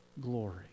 glory